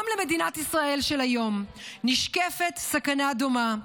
גם למדינת ישראל של היום נשקפת סכנה דומה".